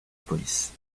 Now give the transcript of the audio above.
police